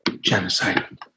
genocide